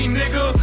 nigga